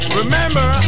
remember